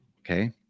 Okay